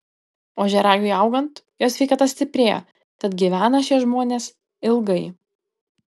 ožiaragiui augant jo sveikata stiprėja tad gyvena šie žmonės ilgai